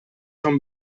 son